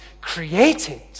created